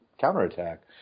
counterattack